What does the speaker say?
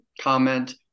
comment